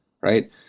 right